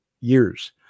years